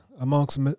amongst